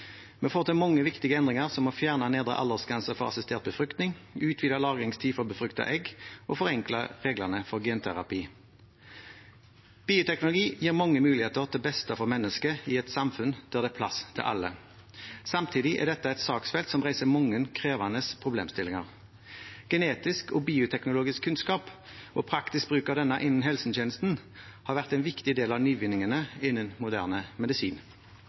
Vi får til mange viktige endringer, som å fjerne nedre aldersgrense for assistert befruktning, utvide lagringstiden for befruktede egg og forenkle reglene for genterapi. Bioteknologi gir mange muligheter til beste for mennesket i et samfunn der det er plass til alle. Samtidig er dette er saksfelt som reiser mange krevende problemstillinger. Genetisk og bioteknologisk kunnskap og praktisk bruk av denne innen helsetjenesten har vært en viktig del av nyvinningene innen moderne medisin.